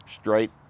straight